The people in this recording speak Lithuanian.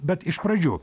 bet iš pradžių